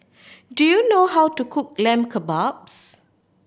do you know how to cook Lamb Kebabs